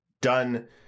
done